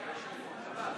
אי-אמון